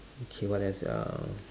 okay what else ah